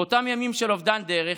באותם ימים של אובדן דרך,